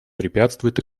препятствует